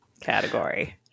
category